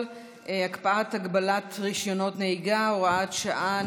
(הקפאת הגבלת רישיונות נהיגה) (הוראת שעה,